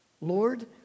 Lord